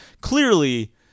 clearly